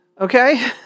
okay